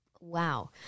wow